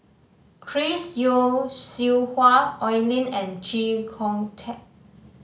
Chris Yeo Siew Hua Oi Lin and Chee Kong Tet